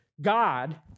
God